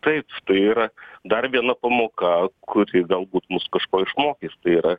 taip tai yra dar viena pamoka kuri galbūt mus kažko išmokys tai yra